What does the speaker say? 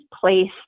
place